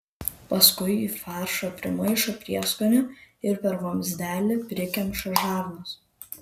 paskui į faršą primaišo prieskonių ir per vamzdelį prikemša žarnas